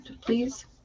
please